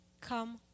come